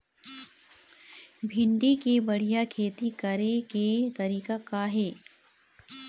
भिंडी के बढ़िया खेती करे के तरीका का हे?